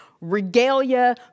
regalia